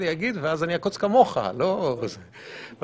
זה